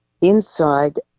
inside